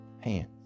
hands